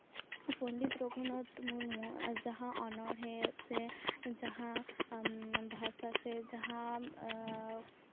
ᱯᱚᱱᱰᱤᱛ ᱨᱚᱜᱷᱩᱱᱟᱛᱷ ᱢᱩᱨᱢᱩ ᱡᱟᱦᱟᱸ ᱚᱱᱚᱬᱦᱮᱸ ᱥᱮ ᱡᱟᱦᱟᱸ ᱟᱢ ᱵᱷᱟᱥᱟ ᱥᱮ ᱡᱟᱦᱟᱸ